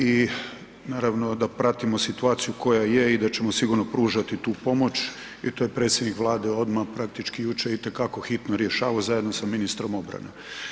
I naravno da pratimo situaciju koja je i da ćemo sigurno pružati tu pomoć jer to je predsjednik Vlade odmah praktički jučer itekako hitno rješavao zajedno sa ministrom obrane.